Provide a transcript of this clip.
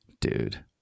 dude